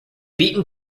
beaten